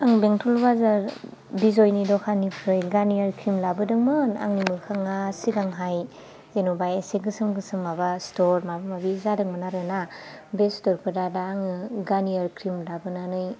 आं बेंटल बाजार बिजयनि दखाननिफ्राय गारनियार क्रिम लाबोदोंमोन आंनि मोखाङा सिगांहाय जेन'बा एसे गोसोम गोसोम माबा सिथर माबा माबि जादोंमोन आरोना बे सिथरफोरा दा आङो गारनियार क्रिम लाबोनानै